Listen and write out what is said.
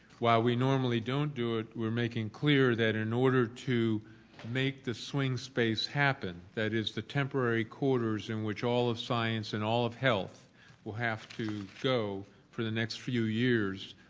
while we normally don't do it we're making clear that in order to make the swing space happened that is the temporary quarters in which all of the science and all of health will have to go for the next few years.